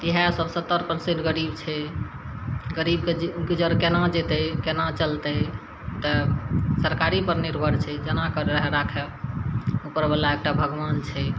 इएहे सभ सत्तर परसेंट गरीब छै गरीबके गुजर केना जेतय केना चलतय तऽ सरकारेपर निर्भर छै केना रहय राखय उपरवला एकटा भगवान छै